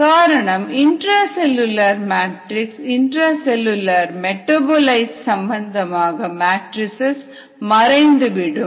காரணம் intra cellular matrix intra cellular metabolites சம்பந்தமான matrices மறைந்துவிடும்